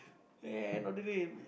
end of the day